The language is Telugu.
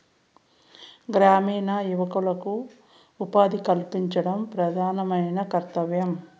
గ్రామీణ యువకులకు ఉపాధి కల్పించడం ప్రధానమైన కర్తవ్యం